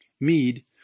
Mead